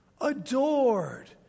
adored